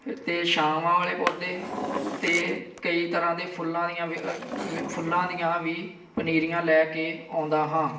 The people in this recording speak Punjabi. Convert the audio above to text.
ਅਤੇ ਛਾਵਾਂ ਵਾਲੇ ਪੌਦੇ ਅਤੇ ਕਈ ਤਰ੍ਹਾਂ ਦੇ ਫੁੱਲਾਂ ਦੀਆਂ ਵੀ ਵੀ ਫੁੱਲਾਂ ਦੀਆਂ ਵੀ ਪਨੀਰੀਆਂ ਲੈ ਕੇ ਆਉਂਦਾ ਆਉਂਦਾ ਹਾਂ